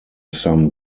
some